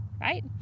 Right